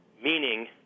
Meaning